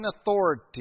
authority